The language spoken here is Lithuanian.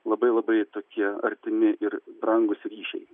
labai labai tokie artimi ir brangūs ryžiai